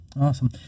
Awesome